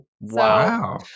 Wow